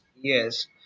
Yes